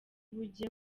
bujye